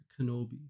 kenobi